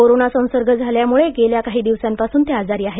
corona संसर्ग झाल्यामुळे गेल्या काही दिवसांपासून ते आजारी आहेत